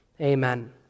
Amen